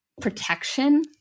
protection